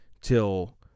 till